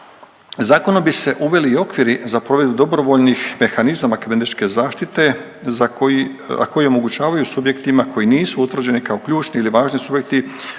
Zakonom bi se uveli i okviri za provedbu dobrovoljnih mehanizama kibernetičke zaštite a koji omogućavaju subjektima koji nisu utvrđeni kao ključni ili važni subjekti